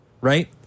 Right